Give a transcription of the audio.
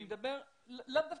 לאו דווקא.